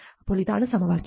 അപ്പോൾ ഇതാണ് സമവാക്യം